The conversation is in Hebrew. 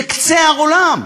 זה קצה העולם,